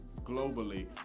globally